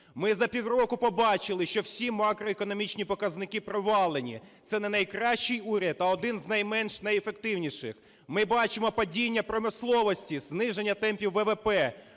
Ми за півроку побачили, що всі макроекономічні показники провалені. Це не найкращий уряд, а один з найменш неефективніших. Ми бачимо падіння промисловості, зниження темпів ВВП,